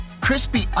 Crispy